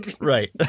right